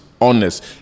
honest